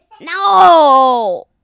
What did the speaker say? No